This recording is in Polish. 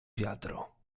wiadro